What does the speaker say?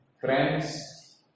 friends